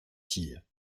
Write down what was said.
tille